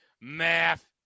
Math